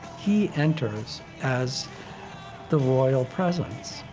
he enters as the royal presence.